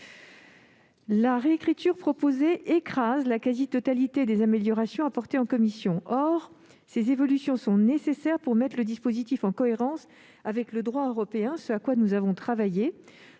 de l'amendement écrase la quasi-totalité des améliorations apportées en commission. Or ces évolutions sont nécessaires pour mettre le dispositif en cohérence avec le droit européen, ce à quoi nous avons travaillé.